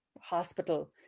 hospital